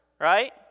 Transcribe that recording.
right